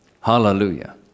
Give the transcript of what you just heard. Hallelujah